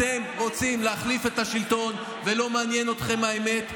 אתם רוצים להחליף את השלטון ולא מעניינת אתכם האמת,